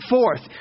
Fourth